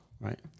right